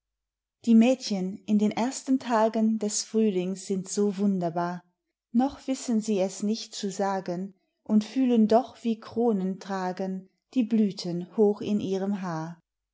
die mädchen in den ersten tagen des frühlings sind so wunderbar noch wissen sie es nicht zu sagen und fühlen doch wie kronentragen die blüten hoch in ihrem haar